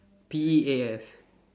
P E A S